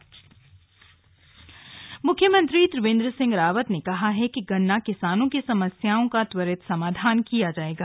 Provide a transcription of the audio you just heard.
गन्ना बैठक मुख्यमंत्री त्रिवेंद्र सिंह रावत ने कहा है कि गन्ना किसानों की समस्याओं का त्वरित समाधान किया जाएगा